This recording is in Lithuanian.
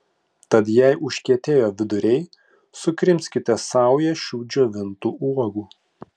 tad jei užkietėjo viduriai sukrimskite saują šių džiovintų uogų